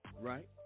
right